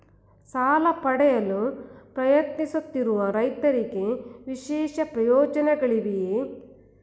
ಸಾಲ ಪಡೆಯಲು ಪ್ರಯತ್ನಿಸುತ್ತಿರುವ ರೈತರಿಗೆ ವಿಶೇಷ ಪ್ರಯೋಜನಗಳಿವೆಯೇ?